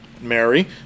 Mary